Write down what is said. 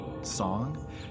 song